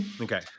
Okay